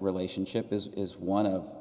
relationship is one of